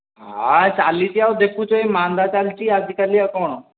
ହା ଏ ଚାଲିଛି ଆଉ ଦେଖୁଛ ଏଇ ମାନ୍ଦା ଚାଲିଛି ଆଜିକାଲି ଆଉ କଣ